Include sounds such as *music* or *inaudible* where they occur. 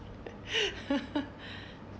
*laughs*